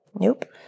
Nope